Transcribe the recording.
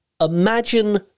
imagine